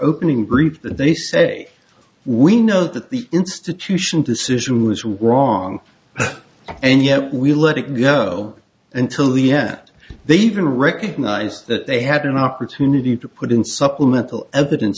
opening group that they say we know that the institution decision was wrong and yet we let it go until the end they even recognize that they had an opportunity to put in supplemental eviden